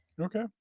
Okay